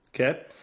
Okay